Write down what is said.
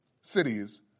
cities